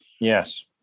Yes